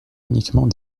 uniquement